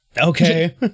Okay